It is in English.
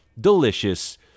delicious